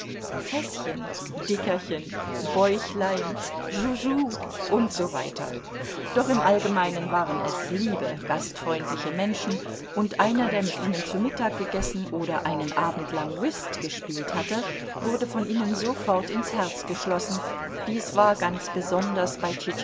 fäßchen dickerchen bäuchlein joujou usw doch im allgemeinen waren es liebe gastfreundliche menschen und einer der mit ihnen zu mittag gegessen oder einen abend lang whist gespielt hatte wurde von ihnen sofort ins herz geschlossen dies war ganz besonders bei